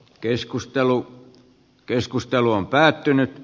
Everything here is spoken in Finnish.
keskustelu keskustelu on päättynyt